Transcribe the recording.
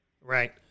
Right